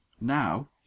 Now